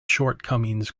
shortcomings